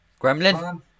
Gremlin